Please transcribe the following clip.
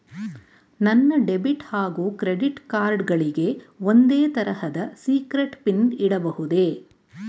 ನನ್ನ ಡೆಬಿಟ್ ಹಾಗೂ credit card ಗಳಿಗೆ ಒಂದೇ ತರಹದ ಸೀಕ್ರೇಟ್ ಪಿನ್ ಇಡಬಹುದೇ?